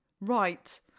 Right